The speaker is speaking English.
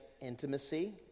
intimacy